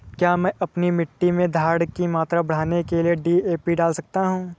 क्या मैं अपनी मिट्टी में धारण की मात्रा बढ़ाने के लिए डी.ए.पी डाल सकता हूँ?